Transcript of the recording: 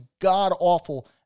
god-awful